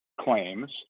claims